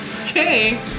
Okay